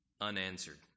unanswered